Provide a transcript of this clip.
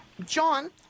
John